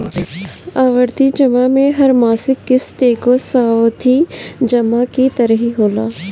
आवर्ती जमा में हर मासिक किश्त एगो सावधि जमा की तरही होला